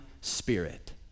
spirit